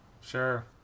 Sure